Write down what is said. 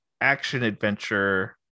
action-adventure